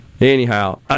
Anyhow